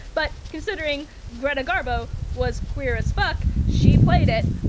but considering greta garbo was queer as fuck, she played it,